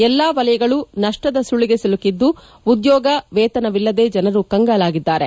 ಎಲ್ಲ ವಲಯಗಳು ನಷ್ಠದ ಸುಳಿಗೆ ಸಿಲುಕಿದ್ದು ಉದ್ಯೋಗ ವೇತನವಿಲ್ಲದೆ ಜನರು ಕಂಗಾಲಾಗಿದ್ದಾರೆ